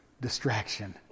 distraction